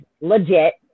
legit